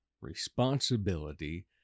responsibility